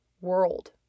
world